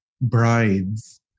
brides